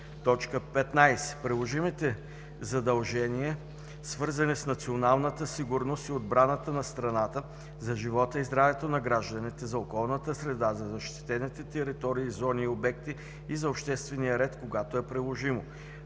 15. приложимите задължения, свързани с националната сигурност и отбраната на страната, за живота и здравето на гражданите, за околната среда, за защитените територии, зони и обекти и за обществения ред, когато е приложимо;